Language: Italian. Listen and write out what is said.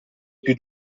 più